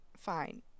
fine